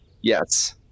Yes